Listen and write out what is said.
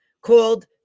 called